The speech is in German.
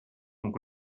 und